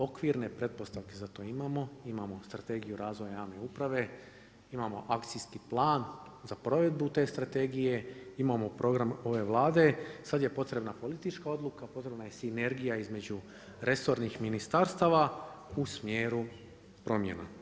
Okvirne pretpostavke za to imamo, imamo strategiju razvoja javne uprave, imamo akcijski plan za provedbu te strategije, imamo program ove Vlade, sad je potrebna politička odluka, potrebna je sinergija između resornih ministarstava u smjeru promjena.